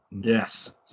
Yes